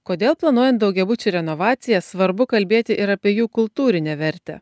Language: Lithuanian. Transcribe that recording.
kodėl planuojant daugiabučių renovaciją svarbu kalbėti ir apie jų kultūrinę vertę